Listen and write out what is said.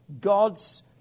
God's